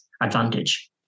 advantage